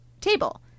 table